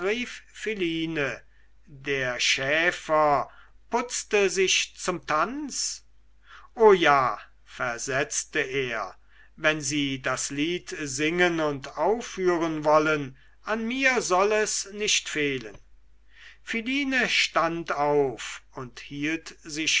der schäfer putzte sich zum tanz o ja versetzte er wenn sie das lied singen und aufführen wollen an mir soll es nicht fehlen philine stand auf und hielt sich